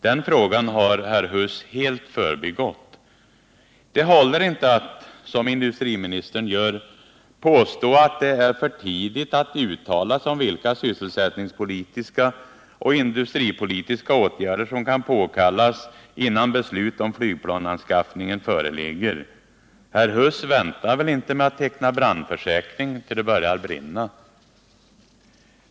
Den frågan har herr Huss helt Om-den': svenska förbigått. flygindustrins fram Det håller inte att som industriministern gör påstå att det är för tidigt att tid uttala sig om vilka sysselsättningspolitiska och industripolitiska åtgärder som kan påkallas, innan beslut om flygplansanskaffningen föreligger. Herr Huss väntar väl inte med att teckna brandförsäkring tills det börjat brinna?